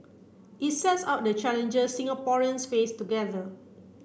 it sets out the challenges Singaporeans face together